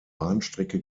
bahnstrecke